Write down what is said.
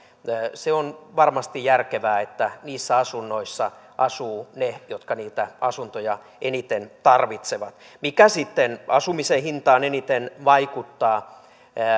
se on varmasti järkevää että niissä asunnoissa asuvat ne jotka niitä asuntoja eniten tarvitsevat mikä sitten asumisen hintaan eniten vaikuttaa